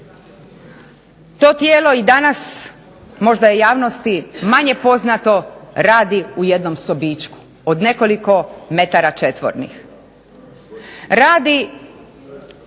To tijelo i danas, možda je javnosti manje poznato radi u jednom sobičku od nekoliko metara četvornih.